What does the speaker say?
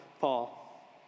Paul